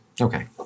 Okay